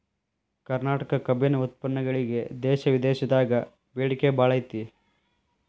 ಕರ್ನಾಟಕ ಕಬ್ಬಿನ ಉತ್ಪನ್ನಗಳಿಗೆ ದೇಶ ವಿದೇಶದಾಗ ಬೇಡಿಕೆ ಬಾಳೈತಿ